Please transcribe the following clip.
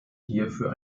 hierfür